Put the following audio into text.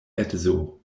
edzo